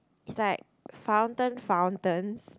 is like fountain fountain